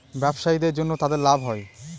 ব্যবসায়ীদের জন্য তাদের লাভ হয়